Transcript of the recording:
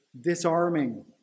disarming